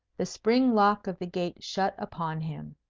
the spring-lock of the gate shut upon him.